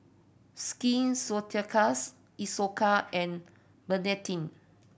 Skin Ceuticals Isocal and Betadine